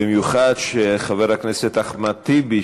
במיוחד שחבר הכנסת אחמד טיבי,